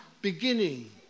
beginning